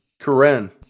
Karen